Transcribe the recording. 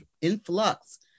influx